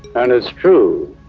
and it's true.